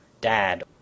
dad